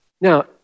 Now